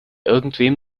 irgendwem